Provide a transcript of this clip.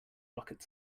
rocket